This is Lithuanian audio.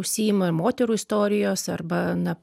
užsiima ir moterų istorijos arba na